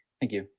thank you.